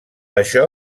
això